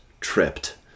tripped